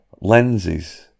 lenses